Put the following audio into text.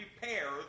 repair